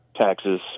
taxes